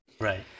Right